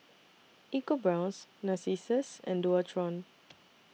EcoBrown's Narcissus and Dualtron